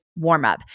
warmup